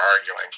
arguing